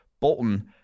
Bolton